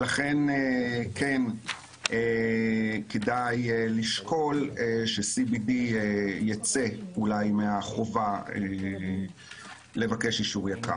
כן כדאי לשקול ש-CBD ייצא מהחובה לבקש אישור יק"ר.